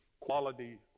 quality